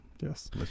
Yes